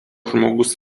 žmogus